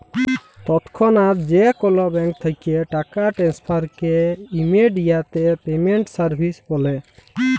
তৎক্ষনাৎ যে কোলো ব্যাংক থ্যাকে টাকা টেনেসফারকে ইমেডিয়াতে পেমেন্ট সার্ভিস ব্যলে